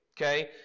Okay